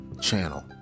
channel